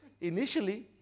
Initially